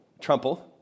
Trumple